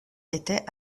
était